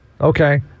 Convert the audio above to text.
Okay